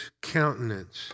countenance